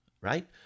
right